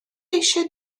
eisiau